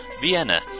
Vienna